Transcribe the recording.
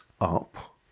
up